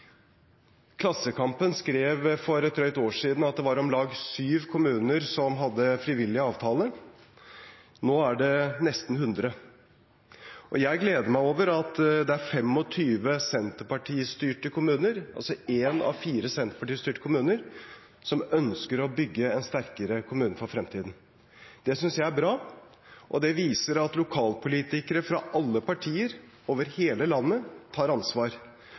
Klassekampen skrev for et drøyt år siden at det var om lag syv kommuner som hadde frivillig avtale, nå er det nesten 100. Jeg gleder meg over at det er 25 senterpartistyrte kommuner, altså én av fire senterpartistyrte kommuner, som ønsker å bygge en sterkere kommune for fremtiden. Det synes jeg er bra, og det viser at lokalpolitikere fra alle partier over hele landet tar ansvar,